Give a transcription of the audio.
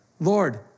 Lord